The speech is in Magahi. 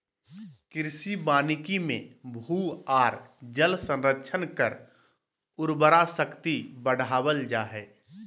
कृषि वानिकी मे भू आर जल संरक्षण कर उर्वरा शक्ति बढ़ावल जा हई